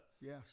Yes